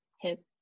hip